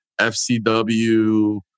FCW